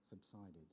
subsided